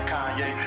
Kanye